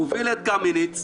מוביל את קמיניץ,